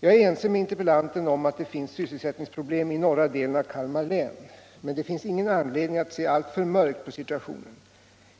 Jag är ense med interpellanten om att det finns sysselsättningsproblem i norra delen av Kalmar län. Men det finns ingen anledning att se alltför mörkt på situationen.